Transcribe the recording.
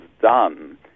done